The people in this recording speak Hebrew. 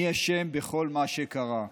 אני אשם בכל מה שקרה.